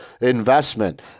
investment